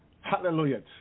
Hallelujah